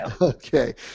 Okay